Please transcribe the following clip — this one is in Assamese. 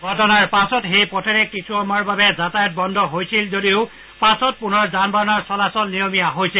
ঘটনাৰ পাছত সেই পথেৰে কিছু সময়ৰ বাবে যাতায়ত বন্ধ হৈছিল যদিও পাছত পুনৰ যান বাহনৰ চলাচল নিয়মীয়া হৈছে